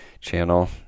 channel